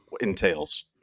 entails